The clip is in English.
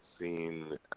seen